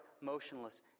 motionless